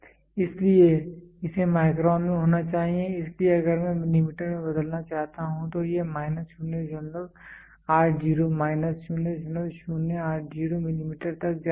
इसलिए इसे माइक्रोन में होना चाहिए इसलिए अगर मैं मिलीमीटर में बदलना चाहता हूं तो यह माइनस 0 80 माइनस 0080 मिलीमीटर तक जा रहा है